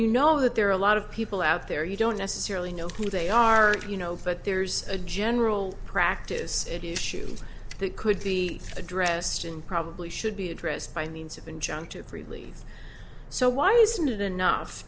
you know that there are a lot of people out there you don't necessarily know who they are you know but there's a general practice it is shoe that could be addressed and probably should be addressed by means of injunctive relief so why isn't it enough